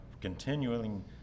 continuing